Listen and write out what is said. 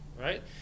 right